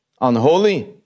unholy